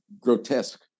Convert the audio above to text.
grotesque